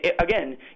again